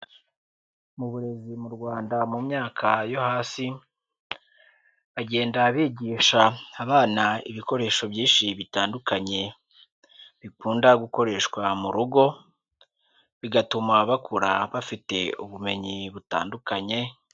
Mu burezi mu Rwanda mu myaka yo hasi, bagenda bigisha abana ibikoresho byinshi bitandukanye, bikunda gukoreshwa mu rugo, bigatuma bakura bafite ubumenyi butandukanye.